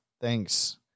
Thanks